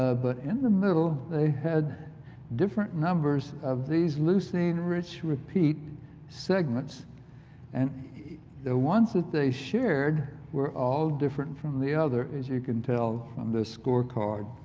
ah but in the middle they had different numbers of these lucine rich repeat segments and the one s so they shared were all different from the other as you can tell from the score card,